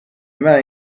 man